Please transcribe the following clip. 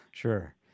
Sure